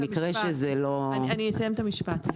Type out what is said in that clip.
אני אסיים את המשפט.